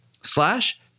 slash